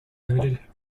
limited